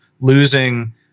losing